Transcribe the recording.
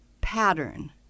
pattern